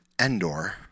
Endor